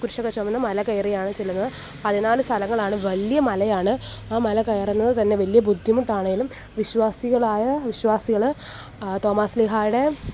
കുരിശൊക്കെ ചുമന്ന് മലകയറിയാണ് ചെല്ലുന്നത് പതിനാല് സലങ്ങളാണ് വലിയ മലയാണ് ആ മല കയറുന്നത് തന്നെ വലിയ ബുദ്ധിമുട്ട് ആണെങ്കിലും വിശ്വാസികളായ വിശ്വാസികൾ തോമാശ്ലീഹായുടെ